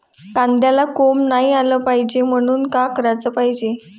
कांद्याला कोंब नाई आलं पायजे म्हनून का कराच पायजे?